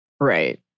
Right